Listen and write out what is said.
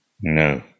No